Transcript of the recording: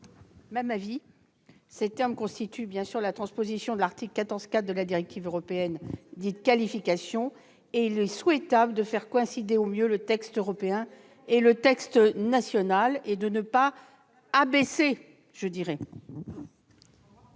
Même avis. Ces termes sont effectivement la transposition de l'article 14.4 de la directive européenne dite « Qualification ». Il est souhaitable de faire coïncider au mieux le texte européen et le texte national et de ne pas « abaisser » la